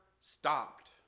stopped